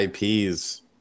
ips